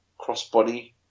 crossbody